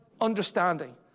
understanding